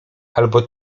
albo